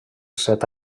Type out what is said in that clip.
set